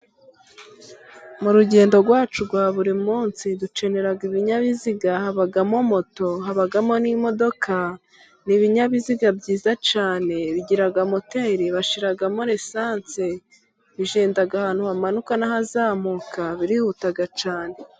Mu rugendo rwacu rwa buri munsi dukenera ibinyabiziga, habamo moto habamo n'imodoka n'ibinyabiziga byiza cyane bigira moteri bashyiramo lisansi, bigenda ahantu hamanuka n'ahazamuka birihutaga cyane.